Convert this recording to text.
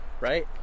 right